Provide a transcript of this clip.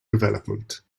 development